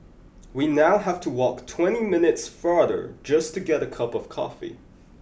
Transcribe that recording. we now have to walk twenty minutes farther just to get a cup of coffee